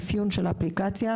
האפליקציה: